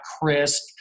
crisp